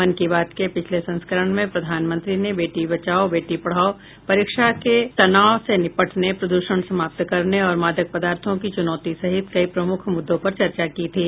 मन की बात के पिछले संस्करण में प्रधानमंत्री ने बेटी बचाओ बेटी पढ़ाओ परीक्षा के तनाव से निपटने प्रद्षण समाप्त करने और मादक पदार्थों की चूनौती सहित कई प्रमुख मुद्दों पर चर्चा की थी